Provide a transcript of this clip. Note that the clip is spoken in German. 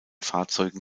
fahrzeugen